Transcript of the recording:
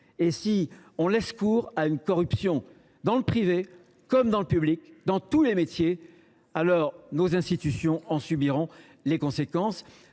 Si on laisse libre cours à la corruption, dans le privé comme dans le public, dans tous les métiers, nos institutions en subiront les conséquences.